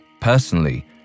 Personally